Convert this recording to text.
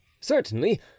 Certainly